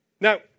Now